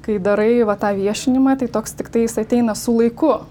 kai darai va tą viešinimą tai toks tiktais ateina su laiku